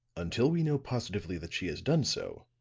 until we know positively that she has done so,